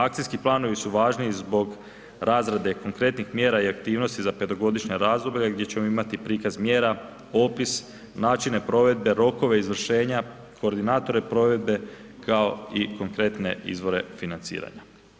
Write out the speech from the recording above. Akcijski planovi su važni i zbog razrade konkretnih mjera i aktivnosti za petogodišnja razdoblja gdje ćemo imati prikaz mjera, opis, načine provedbe, rokove izvršenja, koordinatore provedbe, kao i konkretne izvore financiranja.